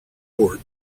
port